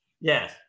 Yes